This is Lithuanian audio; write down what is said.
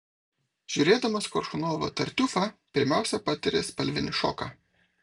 žiūrėdamas koršunovo tartiufą pirmiausia patiri spalvinį šoką